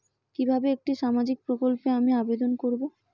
কিভাবে একটি সামাজিক প্রকল্পে আমি আবেদন করব?